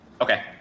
Okay